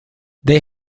they